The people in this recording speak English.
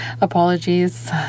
Apologies